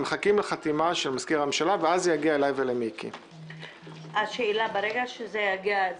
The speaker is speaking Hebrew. אנחנו מחכים לחתימה של מזכיר הממשלה ואז זה יגיע אלי ולמיקי.